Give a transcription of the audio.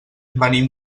venim